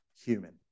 human